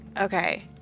Okay